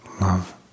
love